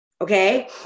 okay